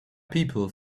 people